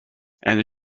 and